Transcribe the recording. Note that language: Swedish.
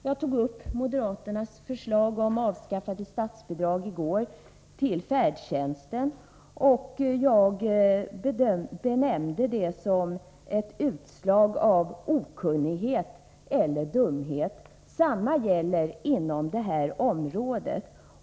Jag tog i går upp moderaternas förslag om att avskaffa statsbidragen till färdtjänsten, och jag kallade det ett utslag av okunnighet eller dumhet. Detsamma gäller deras förslag inom det här området.